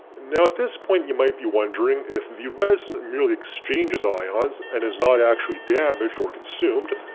now at this point you might be wondering if the resin merely exchanges ions and is not actually damaged or consumed,